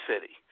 City